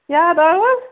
یاد آووٕ